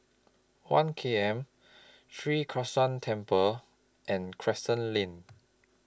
one K M Sri Krishnan Temple and Crescent Lane